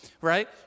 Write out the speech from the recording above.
right